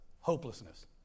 hopelessness